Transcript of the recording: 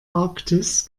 arktis